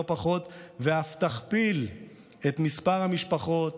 ואף תכפיל את מספר המשפחות